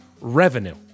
revenue